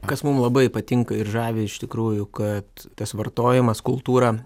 kas mum labai patinka ir žavi iš tikrųjų kad tas vartojimas kultūra